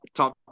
top